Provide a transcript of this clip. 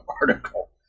article